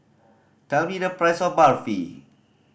tell me the price of Barfi